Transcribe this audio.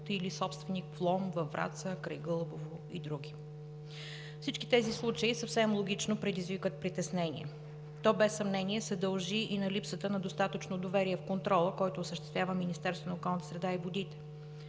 или собственик в Лом, във Враца, край Гълъбово и други. Всички тези случаи съвсем логично предизвикват притеснение. То без съмнение се дължи и на липсата на достатъчно доверие в контрола, който осъществява Министерството на околната среда и водите.